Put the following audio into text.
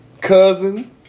cousin